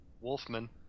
Wolfman